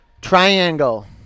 Triangle